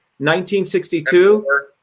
1962